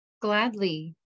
Gladly